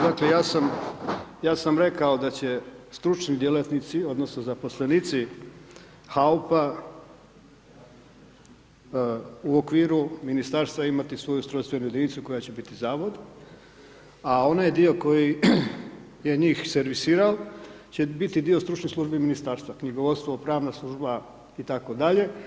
Znate ja sam, ja sam rekao da će stručni djelatnici odnosno zaposlenici HAOP-a u okviru Ministarstva imati svoju ustrojstvenu jedinicu koja će biti Zavod, a onaj dio koji je njih servisirao će biti dio stručnih službi Ministarstva, knjigovodstvo, pravna služba, i tako dalje.